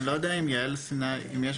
אני לא יודע אם יעל סיני בזום,